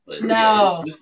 No